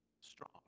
strong